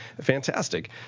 Fantastic